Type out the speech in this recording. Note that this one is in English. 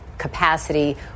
capacity